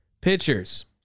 Pitchers